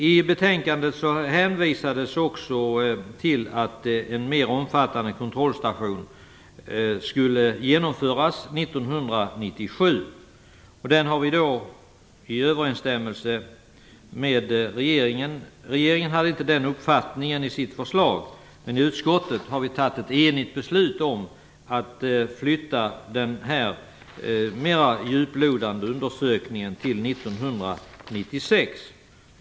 I det betänkandet hänvisade vi också till att en mer omfattande kontrollstation hade aviserats till 1997. Regeringen framförde inte den uppfattningen i sitt förslag, men i utskottet har vi fattat ett enhälligt beslut om att flytta denna mer djuplodande undersökning till 1996.